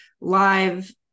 live